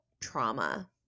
trauma